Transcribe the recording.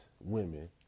women